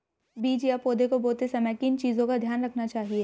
बीज या पौधे को बोते समय किन चीज़ों का ध्यान रखना चाहिए?